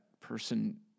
person